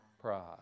Pride